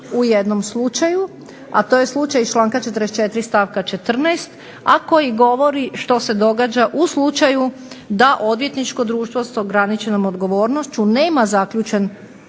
u jednom slučaju, a to je slučaj iz članka 44. stavka 14. a koji govori što se događa u slučaju da odvjetničko društvo s ograničenom odgovornošću nema zaključen